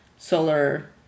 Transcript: solar